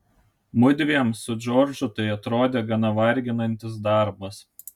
mudviem su džordžu tai atrodė gana varginantis darbas